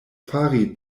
fari